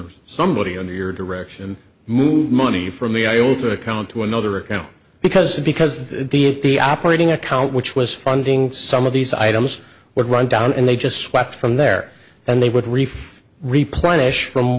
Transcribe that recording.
of somebody under your direction move money for me i alter account to another account because because the it the operating account which was funding some of these items would run down and they just swept from there and they would reef replenish from